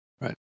Right